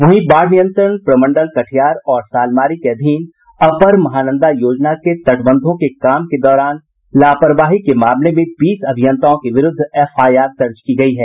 वहीं बाढ़ नियंत्रण प्रमंडल कटिहार और सालमारी के अधीन अपर महानंदा योजना के तटबंधों में काम के दौरान अनियमितता के मामले में बीस अभियंताओं के विरूद्व एफआईआर दर्ज की गयी है